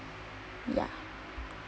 ya